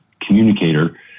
communicator